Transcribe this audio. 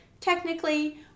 technically